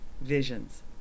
visions